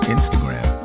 Instagram